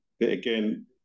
Again